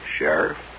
Sheriff